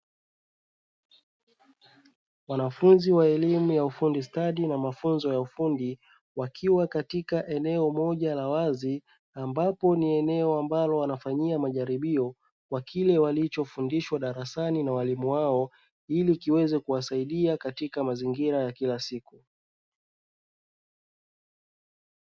Wanafunzi wa elimu ya ufundi stadi na mafunzo ya ufundi, wakiwa katika eneo moja la wazi ambapo ni eneo wanalofanyia majaribio Kwa kile walichofundishwa darasani na walimu wao, ili kiweze kuwasaidia katika mazingira ya kila siku.